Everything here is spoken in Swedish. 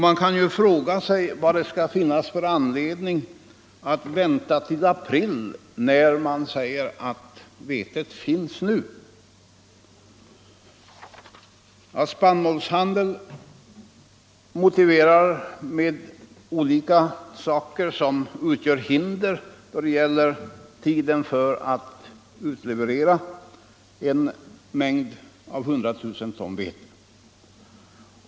Man undrar vad det är för anledning att vänta till april när det sägs att vetet finns nu. Svensk spannmålshandel anger olika skäl till detta.